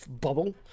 bubble